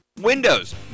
Windows